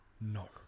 No